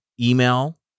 Email